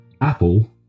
Apple